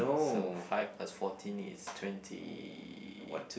so five plus fourteen is twenty